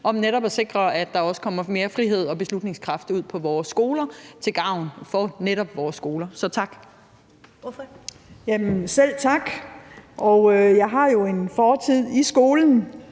om netop at sikre, at der kommer mere frihed og beslutningskraft ud på vores skoler til gavn for netop vores skoler. Så tak for det. Kl. 14:31 Første